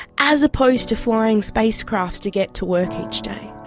as opposed to flying spacecraft to get to work each day.